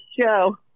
show